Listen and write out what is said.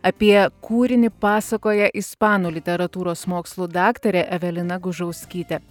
apie kūrinį pasakoja ispanų literatūros mokslų daktarė evelina gužauskytė